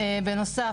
בנוסף,